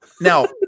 Now